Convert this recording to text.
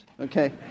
okay